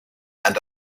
and